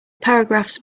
paragraphs